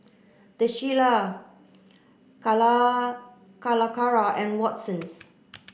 The Shilla Calacara and Watsons